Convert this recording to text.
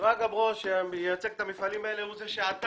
שרגא ברוש שמייצג את המפעלים האלה, הוא זה שעתר.